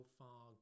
far